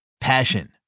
Passion